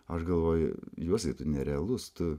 aš galvoju juozai tu nerealus tu